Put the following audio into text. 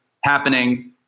Happening